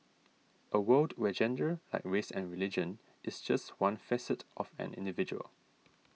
a world where gender like race and religion is just one facet of an individual